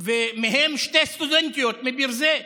מהם שתי סטודנטיות מביר זית,